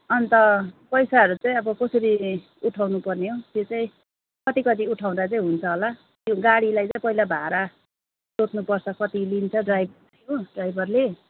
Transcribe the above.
अन्त पैसाहरू चाहिँ अब कसरी उठाउनुपर्ने हो त्यो चाहिँ कति कति उठाउँदा चाहिँ हुन्छ होला त्यो गाडीलाई चाहिँ पहिला भाडा सोध्नुपर्छ कति लिन्छ गाडीको हो ड्राइभरले